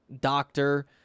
doctor